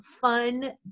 fun